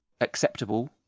acceptable